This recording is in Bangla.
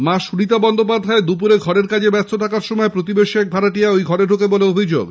মা সুনীতা ব্যানার্জি দুপুরে ঘরের কাজে ব্যস্ত থাকার সময় প্রতিবেশি এক ভাড়াটিয়া ঘরে ঢোকে বলে অভিযোগ